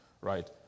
right